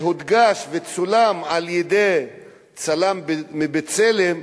והודגש וצולם על-ידי צלם מ"בצלם",